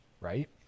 right